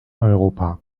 europa